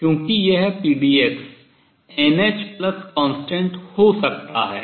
क्योंकि यह pdx nhconstant हो सकता है